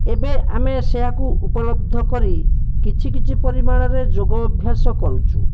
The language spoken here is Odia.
ଏବେ ଆମେ ସେଇୟାକୁ ଉପଲବ୍ଧ କରି କିଛି କିଛି ପରିମାଣରେ ଯୋଗ ଅଭ୍ୟାସ କରୁଛୁ